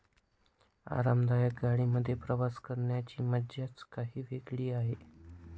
आरामदायक गाडी मध्ये प्रवास करण्याची मज्जाच काही वेगळी आहे